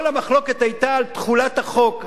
כל המחלוקת היתה על תחולת החוק,